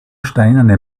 steinerne